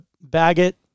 Baggett